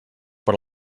per